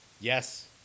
Yes